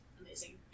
amazing